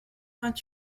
vingt